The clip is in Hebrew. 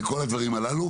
וכל הדברים הללו.